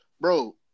bro